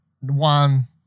One